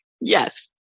Yes